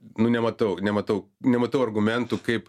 nu nematau nematau nematau argumentų kaip